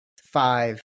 five